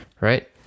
right